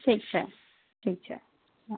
ઠીક છે ઠીક છે